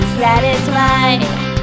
satisfied